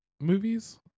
movies